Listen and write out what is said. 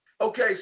Okay